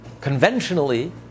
Conventionally